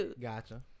Gotcha